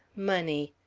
money.